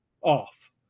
off